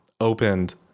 opened